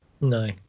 No